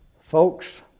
Folks